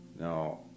now